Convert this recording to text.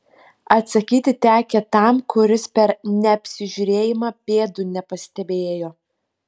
atsakyti tekę tam kiuris per neapsižiūrėjimą pėdų nepastebėjo